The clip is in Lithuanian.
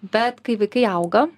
bet kai vaikai auga